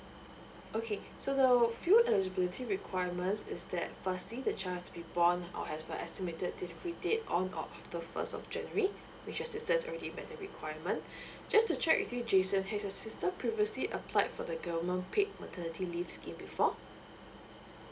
okay so there will few eligibility requirements is that firstly the child has been born or has the estimated delivery date on of the first of january which has your sister already met the requirement just to check with you jason has your sister previously applied for the government paid maternity leave scheme before